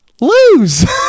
Lose